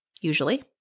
usually